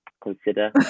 consider